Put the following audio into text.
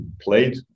played